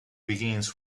begins